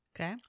Okay